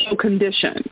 condition